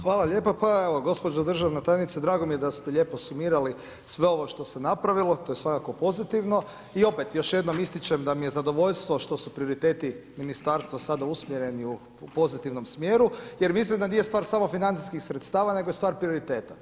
Hvala lijepa pa evo gospođo državna tajnice, drago mi je da ste lijepo sumirali sve ovo što se napravilo, to je svakako pozitivno i opet, još jednom ističem, da mi je zadovoljstvo što su prioriteti ministarstva sada usmjereni u pozitivnom smjeru jer mislim da nije stvar samo financijskih sredstava, nego je stvar prioriteta.